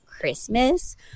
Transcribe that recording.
Christmas